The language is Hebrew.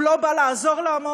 הוא לא בא לעזור לעמונה,